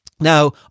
now